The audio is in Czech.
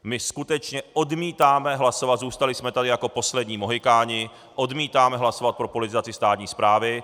My skutečně odmítáme hlasovat, zůstali jsme tady jako poslední mohykáni, odmítáme hlasovat pro politizaci státní správy.